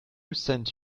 sent